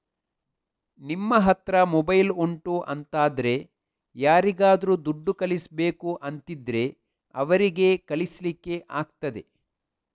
ನಿಮ್ಮ ಹತ್ರ ಮೊಬೈಲ್ ಉಂಟು ಅಂತಾದ್ರೆ ಯಾರಿಗಾದ್ರೂ ದುಡ್ಡು ಕಳಿಸ್ಬೇಕು ಅಂತಿದ್ರೆ ಅವರಿಗೆ ಕಳಿಸ್ಲಿಕ್ಕೆ ಆಗ್ತದೆ